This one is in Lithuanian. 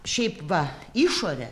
šiaip va išorę